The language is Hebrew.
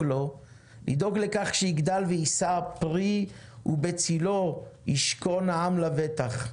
לכך שיגדל ויישא פרי ובצלו ישכון העם לבטח.